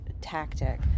tactic